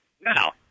Now